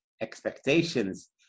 expectations